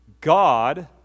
God